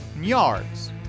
Yards